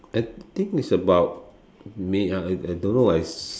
I think is about May I I don't know I